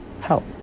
help